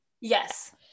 Yes